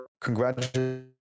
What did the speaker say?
congratulate